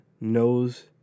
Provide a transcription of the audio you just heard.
knows